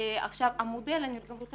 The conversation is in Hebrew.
המודל של